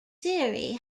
theory